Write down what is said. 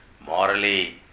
morally